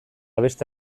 beste